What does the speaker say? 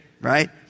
right